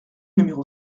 numéro